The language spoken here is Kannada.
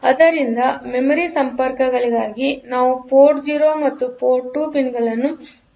ಆದ್ದರಿಂದ ಮೆಮೊರಿ ಸಂಪರ್ಕಗಳಿಗಾಗಿನಾವು ಪೋರ್ಟ್ 0 ಮತ್ತು ಪೋರ್ಟ್ 2 ಪಿನ್ಗಳನ್ನು ಬಳಸಬೇಕಾಗಿದೆ